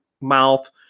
mouth